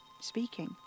speaking